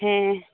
ᱦᱮᱸ